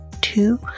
two